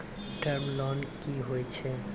Term loan कि होय छै?